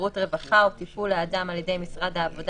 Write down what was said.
שירות רווחה או טיפול לאדם על ידי משרד העבודה,